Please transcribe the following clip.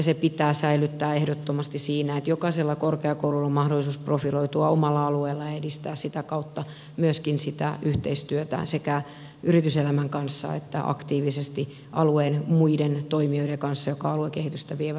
siinä pitää säilyttää ehdottomasti se että jokaisella korkeakoululla on mahdollisuus profiloitua omalla alueella ja edistää sitä kautta myöskin yhteistyötään sekä yrityselämän kanssa että aktiivisesti alueen muiden toimijoiden kanssa jotka alueiden kehitystä vievät eteenpäin